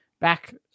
back